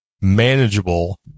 manageable